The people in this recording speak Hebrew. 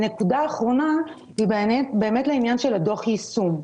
נקודה אחרונה, לעניין של דוח היישום.